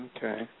Okay